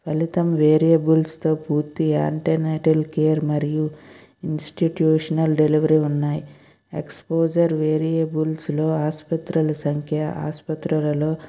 ఫలితం వేరియబుల్స్ తో పూర్తి యాంటినేటల్ కేర్ మరియు ఇన్స్టిట్యూషనల్ డెలివరీ ఉన్నాయి ఎక్స్పోజర్ వేరియబుల్స్ లో ఆసుపత్రుల సంఖ్య ఆసుపత్రులలో